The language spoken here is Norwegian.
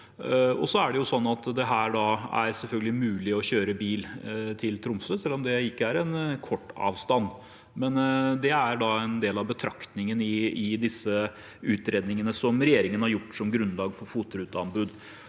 at her er det mulig å kjøre bil til Tromsø, selv om det ikke er en kort avstand, men det er en del av betraktningene i disse utredningene som regjeringen har lagt som grunnlag for FOT-ruteanbud.